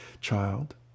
child